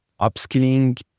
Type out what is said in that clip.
upskilling